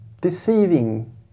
deceiving